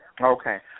Okay